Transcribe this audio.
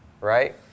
Right